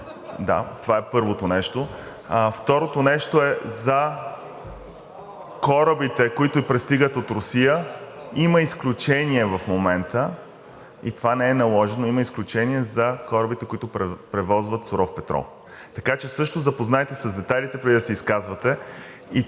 Да, това е първото нещо. Второто нещо е за корабите, които пристигат от Русия, има изключение в момента и това не е наложено, има изключения за корабите, които превозват суров петрол. Така че също, запознайте се с детайлите, преди да се изказвате.